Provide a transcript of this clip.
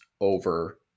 over